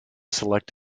select